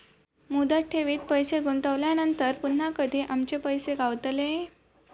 मुदत ठेवीत पैसे गुंतवल्यानंतर पुन्हा कधी आमचे पैसे गावतले?